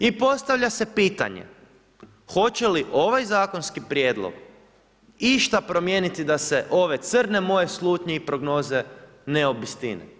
I postavlja se pitanje hoće li ovaj zakonski prijedlog išta promijeniti da se ove crne moje slutnje i prognoze ne obistine?